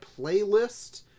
playlist